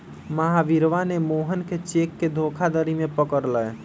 महावीरवा ने मोहन के चेक के धोखाधड़ी में पकड़ लय